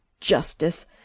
justice